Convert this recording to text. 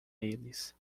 eles